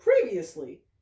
Previously